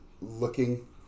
looking